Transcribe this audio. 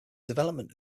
development